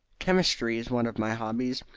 chemistry is one of my hobbies,